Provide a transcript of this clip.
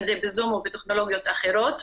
אם זה בזום או בטכנולוגיות אחרות.